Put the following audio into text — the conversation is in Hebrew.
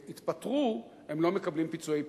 והתפטרו, הם לא מקבלים פיצויי פיטורין.